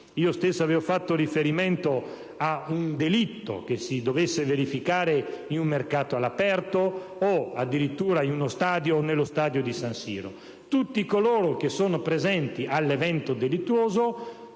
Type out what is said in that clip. io stesso avevo fatto riferimento a un delitto che si dovesse verificare in un mercato all'aperto, o addirittura in uno stadio, come quello di San Siro: tutti coloro che sono presenti all'evento delittuoso